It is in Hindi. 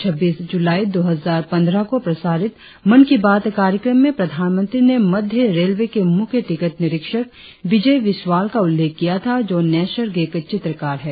छब्बीस जुलाई दो हजार पंद्रह को प्रसारित मन की बात कार्यक्रम में प्रधानमंत्री ने मध्य रेलवे के मुख्य टिकट निरीक्षक बिजय बिस्वाल का उल्लेख किया था जो नैसर्गिक चित्रकार है